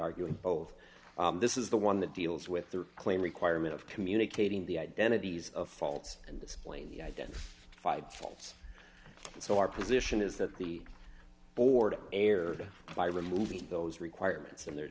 arguing both this is the one that deals with their claim requirement of communicating the identities of faults and displaying the identity fide faults so our position is that the board erred by removing those requirements and there